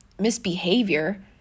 misbehavior